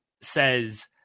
says